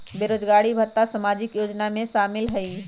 बेरोजगारी भत्ता सामाजिक योजना में शामिल ह ई?